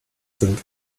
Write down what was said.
sind